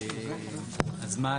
אז מה?